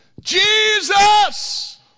Jesus